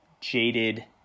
jaded